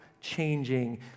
changing